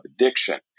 addiction